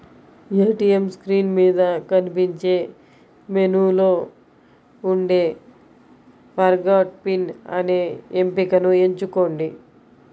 ATM screen మీద కనిపించే మెనూలో ఉండే ఫర్గాట్ పిన్ అనే ఎంపికను ఎంచుకోండి